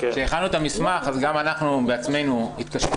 כשהכנו את המסמך גם אנחנו בעצמנו התקשינו